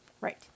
Right